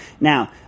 Now